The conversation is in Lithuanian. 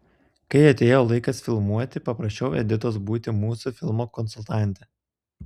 kai atėjo laikas filmuoti paprašiau editos būti mūsų filmo konsultante